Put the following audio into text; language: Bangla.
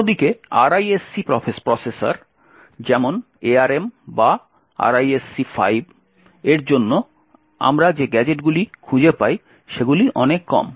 অন্যদিকে RISC প্রসেসর যেমন ARM বা RISC V এর জন্য আমরা যে গ্যাজেটগুলি খুঁজে পাই সেগুলি অনেক কম